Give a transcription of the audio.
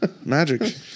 Magic